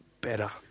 better